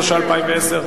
התש"ע 2010,